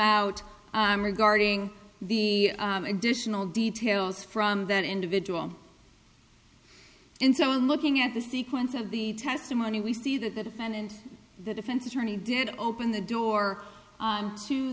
out regarding the additional details from that individual and so i'm looking at the sequence of the testimony we see that the defendant the defense attorney did open the door